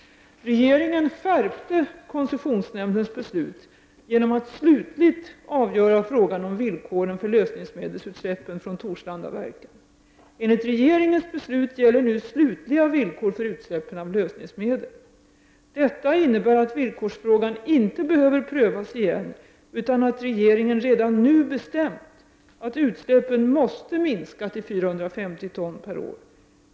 Regeringen skärpte koncessionsnämndens beslut genom att slutligt avgöra frågan om villkoren för lösningsmedelsutsläppen från Torslandaverken. Enligt regeringens beslut gäller nu slutliga villkor för utsläppen av lösningsmedel. Detta innebär att villkorsfrågan inte behöver prövas igen utan att regeringen redan nu bestämt att utsläppen måste minska till 450 ton per år.